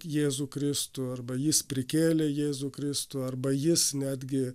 jėzų kristų arba jis prikėlė jėzų kristų arba jis netgi